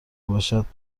باشد